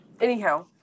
Anyhow